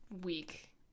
week